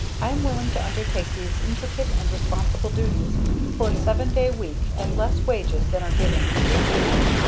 i am willing to undertake these intricate and responsible duties for a seven day week at less wages than are given the street-digger,